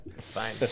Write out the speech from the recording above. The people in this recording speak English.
fine